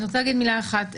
אני רוצה לומר דבר אחד: